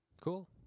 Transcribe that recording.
Cool